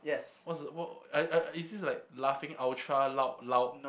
what's the wha~ I I is this like laughing ultra loud loud